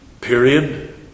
period